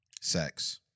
Sex